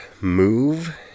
move